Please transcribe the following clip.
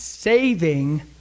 Saving